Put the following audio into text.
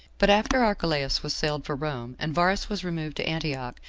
but after archelaus was sailed for rome, and varus was removed to antioch,